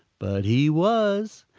but he was.